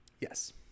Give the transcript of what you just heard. Yes